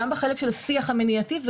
גם בחלק של השיח המניעתי,